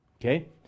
Okay